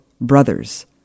Brothers